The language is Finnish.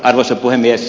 arvoisa puhemies